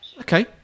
Okay